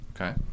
Okay